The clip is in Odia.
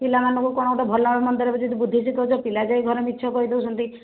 ପିଲାମାନଙ୍କୁ କ'ଣ ଗୋଟେ ଭଲରେ ମନ୍ଦରେ ଯଦି ବୁଝେଇକି କହୁଛ ପିଲା ଯାଇ ଘରେ ମିଛ କହି ଦେଉଛନ୍ତି